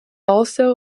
also